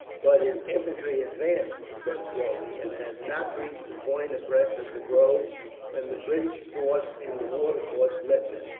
but his infantry advanced but slowly, and had not reached a point abreast of the grove when the british force in the watercourse met them.